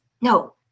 No